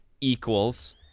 equals